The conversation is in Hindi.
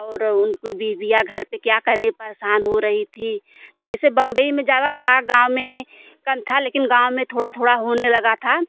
और उनकी बीबियाँ घर पे क्या करें परेशान हो रही थी जिसे बम्बई में ज़्यादा था गाँव में कम था लेकिन गाँव में थोड़ा थोड़ा होने लगा था